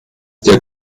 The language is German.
der